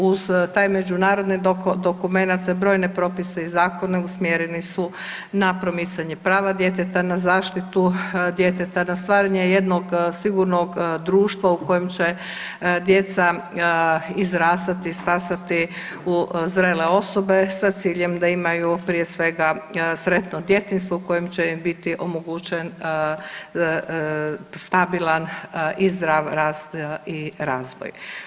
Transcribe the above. Uz taj međunarodni dokumenat brojne propisi i zakoni usmjereni su na promicanje prava djeteta, na zaštitu djeteta, na stvaranje jednog sigurnog društva u kojem će djeca izrastati, stasati u zrele osobe sa ciljem da imaju prije svega sretno djetinjstvo u kojem će im biti omogućen stabilan i zdrav rast i razvoj.